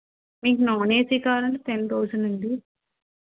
మీకు non AC కావాలంటే ten thousand అండి